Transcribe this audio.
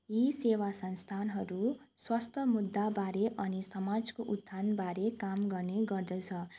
यी सेवा संस्थानहरू स्वस्थ मुद्धाबारे अनि समाजको उत्थानबारे काम गर्ने गर्दछ